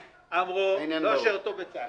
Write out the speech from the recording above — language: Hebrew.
אמרו שהם לא שירתו בצה"ל.